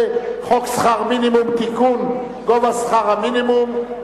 חוק שכר מינימום (העלאת סכומי שכר מינימום,